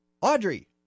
Audrey